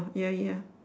ya ya